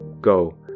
Go